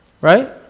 Right